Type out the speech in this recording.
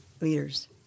leaders